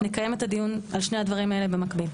אז נקיים את הדיון על שני הדברים האלה במקביל.